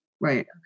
right